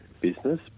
business